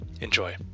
Enjoy